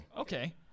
Okay